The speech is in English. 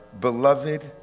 beloved